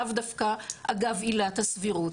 לאו דווקא אגב עילת הסבירות.